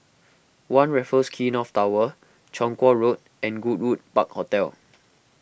one Raffles Quay North Tower Chong Kuo Road and Goodwood Park Hotel